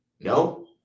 No